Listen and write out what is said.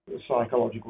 psychological